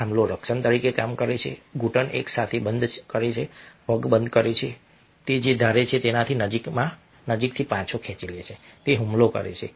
થાંભલો રક્ષણ તરીકે કામ કરે છે ઘૂંટણ એકસાથે બંધ કરે છે પગ બંધ કરે છે તે જે ધારે છે તેનાથી નજીકથી પાછો ખેંચી લે છે તે હુમલો છે